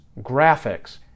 graphics